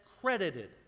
credited